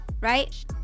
right